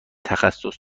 تخصص